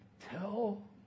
tell